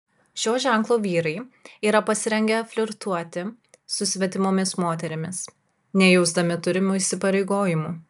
šio ženklo vyrai yra pasirengę flirtuoti su svetimomis moterimis nejausdami turimų įsipareigojimų